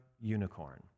unicorn